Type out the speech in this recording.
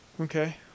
Okay